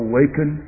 Awaken